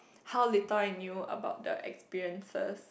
how little I knew about the experiences